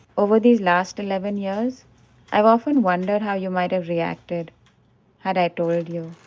over these last eleven years i've often wondered how you might have reacted had i told you